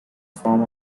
form